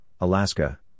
Alaska